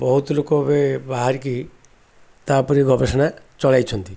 ବହୁତ ଲୋକ ଏବେ ବାହାରିକି ତା'ପରେ ଗବେଷଣା ଚଳାଇଛନ୍ତି